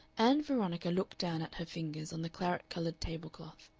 ann veronica looked down at her fingers on the claret-colored table-cloth.